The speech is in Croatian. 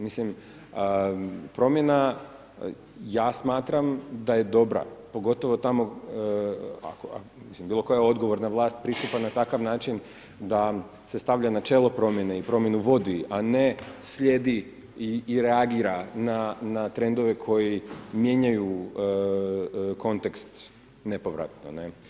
Mislim, promjena, ja smatram, da je dobra, pogotovo tamo, ako bilo koja odgovorna vlast pristupa na takav način, da se stavlja na čelo promjene i promjenu vodu, a ne slijedi i reagira na trendove koji mijenjaju kontekst nepovratno.